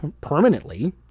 permanently